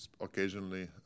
occasionally